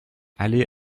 aller